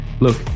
Look